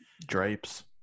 Drapes